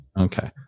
Okay